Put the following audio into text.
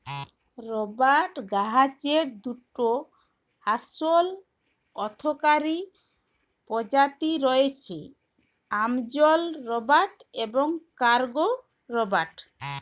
রবাট গাহাচের দুটা আসল অথ্থকারি পজাতি রঁয়েছে, আমাজল রবাট এবং কংগো রবাট